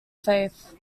faith